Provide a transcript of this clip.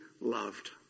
loved